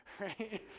right